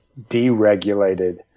deregulated